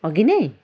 अघि नै